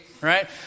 right